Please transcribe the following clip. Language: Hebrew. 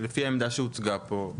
לפי העמדה שהוצגה פה,